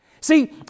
See